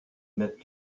mètre